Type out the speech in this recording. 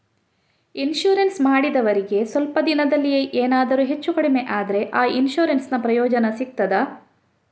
Insurance ಮಾಡಿದವರಿಗೆ ಸ್ವಲ್ಪ ದಿನದಲ್ಲಿಯೇ ಎನಾದರೂ ಹೆಚ್ಚು ಕಡಿಮೆ ಆದ್ರೆ ಆ ಇನ್ಸೂರೆನ್ಸ್ ನ ಪ್ರಯೋಜನ ಸಿಗ್ತದ?